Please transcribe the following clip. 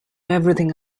everything